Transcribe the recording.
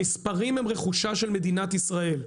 המספרים הם רכושה של מדינת ישראל,